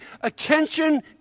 attention